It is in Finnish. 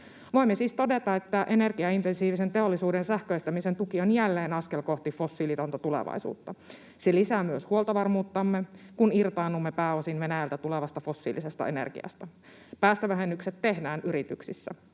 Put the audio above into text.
Voimme siis todeta, että energiaintensiivisen teollisuuden sähköistämisen tuki on jälleen askel kohti fossiilitonta tulevaisuutta. Se lisää myös huoltovarmuuttamme, kun irtaannumme pääosin Venäjältä tulevasta fossiilisesta energiasta. Päästövähennykset tehdään yrityksissä,